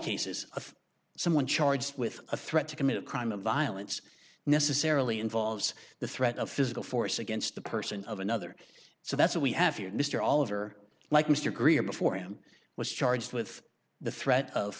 cases of someone charged with a threat to commit a crime of violence necessarily involves the threat of physical force against the person of another so that's what we have here mr all over like mr greer before him was charged with the threat of